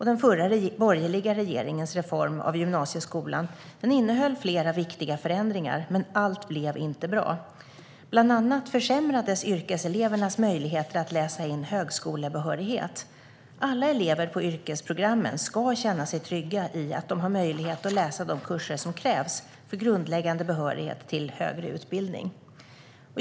Den förra borgerliga regeringens reform av gymnasieskolan innehöll flera viktiga förändringar, men allt blev inte bra. Bland annat försämrades yrkeselevernas möjligheter att läsa in högskolebehörighet. Alla elever på yrkesprogrammen ska känna sig trygga i att de har möjlighet att läsa de kurser som krävs för grundläggande behörighet till högre utbildning.